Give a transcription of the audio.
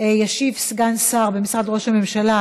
ישיב סגן שר במשרד ראש הממשלה,